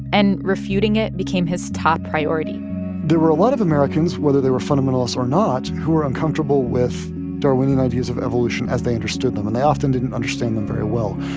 and refuting it became his top priority there were a lot of americans, whether they were fundamentalists or not, who were uncomfortable with darwinian ideas of evolution as they understood them. and they often didn't understand them very well.